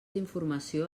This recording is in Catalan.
informació